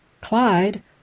Clyde